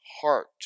heart